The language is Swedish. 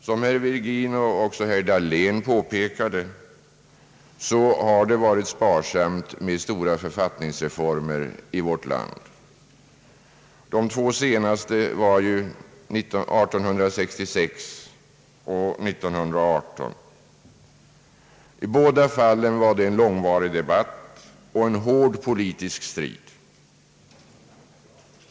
Som herr Virgin och även herr Dahlén påpekade har det varit sparsamt med stora författningsreformer i vårt land. De två senaste genomfördes ju år 1866 och år 1918. I båda fallen var det en långvarig debatt och en hård politisk strid.